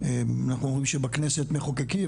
אנחנו אומרים שבכנסת מחוקקים,